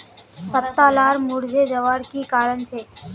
पत्ता लार मुरझे जवार की कारण छे?